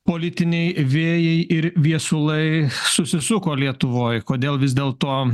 politiniai vėjai ir viesulai susisuko lietuvoj kodėl vis dėlto